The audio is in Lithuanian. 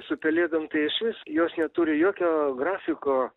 su pelėdom tai išvis jos neturi jokio grafiko